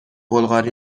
بلغاری